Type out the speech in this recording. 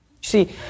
see